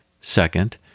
Second